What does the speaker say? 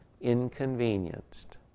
inconvenienced